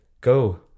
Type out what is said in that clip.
go